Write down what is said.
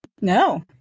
No